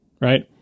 right